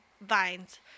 vines